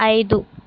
ఐదు